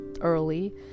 early